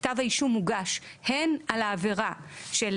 כתב האישום הוגש הן על העבירה של